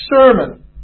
sermon